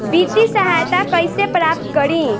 वित्तीय सहायता कइसे प्राप्त करी?